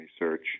research